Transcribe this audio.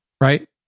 Right